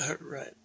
Right